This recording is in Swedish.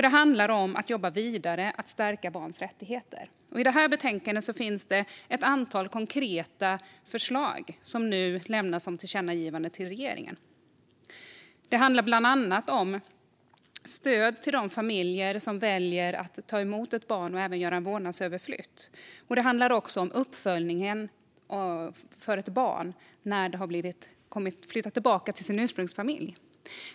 Det handlade om att jobba vidare med att stärka barns rättigheter. I det här betänkandet finns det ett antal konkreta förslag som nu lämnas som tillkännagivanden till regeringen. Det handlar bland annat om stöd till de familjer som väljer att ta emot ett barn och även göra en vårdnadsöverflytt och om uppföljningen när ett barn har flyttat tillbaka till sin ursprungsfamilj.